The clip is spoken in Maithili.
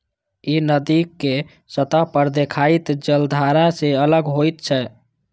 ई नदीक सतह पर देखाइत जलधारा सं अलग होइत छै